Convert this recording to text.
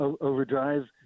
overdrive